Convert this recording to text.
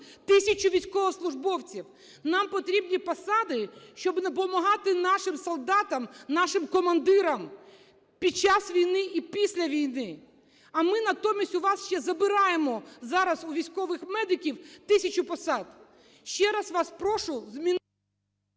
тисяча військовослужбовців. Нам потрібні посади, щоби допомагати нашим солдатам, нашим командирам під час вій і після війни. А ми натомість у вас ще забираємо зараз, у військових медиків, тисячу посад. Ще раз вас прошу…